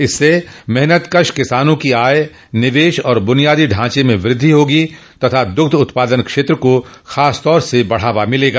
इससे मेहनतकश किसानों की आय निवेश और बुनियादी ढांचे में वृद्धि होगी तथा दुग्ध उत्पादन क्षेत्र को खासतौर से बढ़ावा मिलेगा